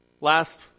Last